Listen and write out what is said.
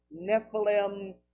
nephilim